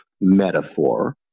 metaphor